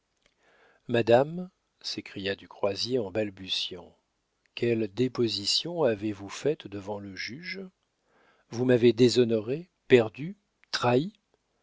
madame s'écria du croisier en balbutiant quelle déposition avez-vous faite devant le juge vous m'avez déshonoré perdu